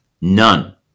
None